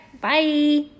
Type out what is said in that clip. bye